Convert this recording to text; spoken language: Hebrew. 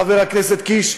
חבר הכנסת קיש,